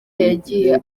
yagiye